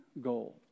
goal